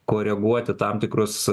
koreguoti tam tikrus